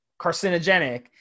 carcinogenic